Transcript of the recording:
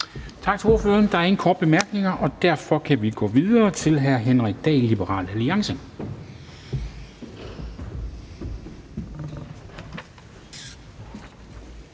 Tak til ordføreren. Der er ingen korte bemærkninger, og derfor kan vi gå videre til hr. Henrik Dahl, Liberal Alliance.